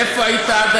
אוה, ראית פעם,